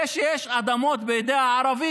זה שיש אדמות בידי הערבים,